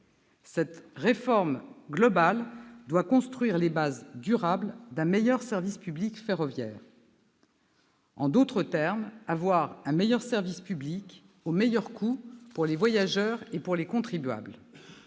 cette réforme globale doit construire les bases durables d'un meilleur service public ferroviaire ; en d'autres termes, l'objectif est d'avoir un meilleur service public, au meilleur coût, pour les voyageurs et les contribuables.